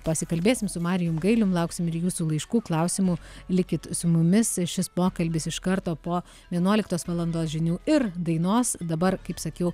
pasikalbėsim su marijum gailium lauksim ir jūsų laiškų klausimų likit su mumis šis pokalbis iš karto po vienuoliktos valandos žinių ir dainos dabar kaip sakiau